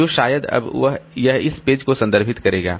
तो शायद अब यह इस पेज को संदर्भित करेगा